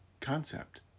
concept